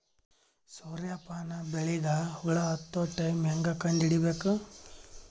ಸೂರ್ಯ ಪಾನ ಬೆಳಿಗ ಹುಳ ಹತ್ತೊ ಟೈಮ ಹೇಂಗ ಕಂಡ ಹಿಡಿಯಬೇಕು?